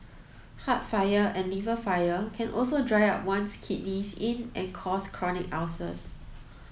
heart fire and liver fire can also dry up one's kidney yin and cause chronic ulcers